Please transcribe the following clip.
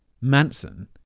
Manson